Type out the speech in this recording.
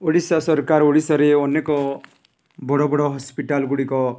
ଓଡ଼ିଶା ସରକାର ଓଡ଼ିଶାରେ ଅନେକ ବଡ଼ ବଡ଼ ହସ୍ପିଟାଲ୍ ଗୁଡ଼ିକ